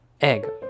egg